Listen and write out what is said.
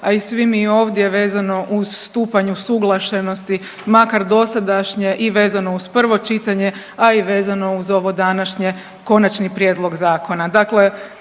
a i svi mi ovdje vezano uz stupanj usuglašenosti makar dosadašnje i vezano uz prvo čitanje, a i vezano uz ovo današnje konačni prijedlog zakona.